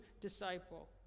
disciple